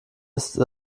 ist